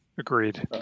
Agreed